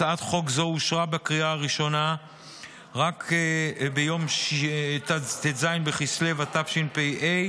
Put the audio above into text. הצעת חוק זו אושרה בקריאה הראשונה רק ביום ט"ז בכסלו התשפ"ה,